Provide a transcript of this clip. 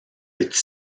its